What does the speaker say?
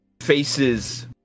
faces